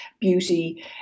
beauty